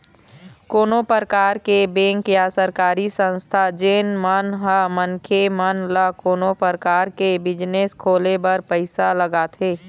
कोनो परकार के बेंक या सरकारी संस्था जेन मन ह मनखे मन ल कोनो परकार के बिजनेस खोले बर पइसा लगाथे